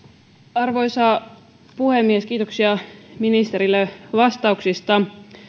arvoisa puhemies kiitoksia ministerille vastauksista